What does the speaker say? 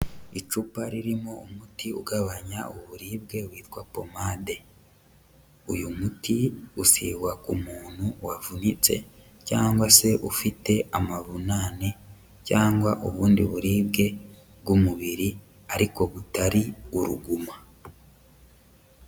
Icupa ririmo umuti ugabanya uburibwe witwa pomade. Uyu muti usigwa ku muntu wavunitse cyangwa se ufite amavunane cyangwa ubundi buribwe bw'umubiri ariko butari uruguma.